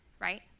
right